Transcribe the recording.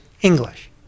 English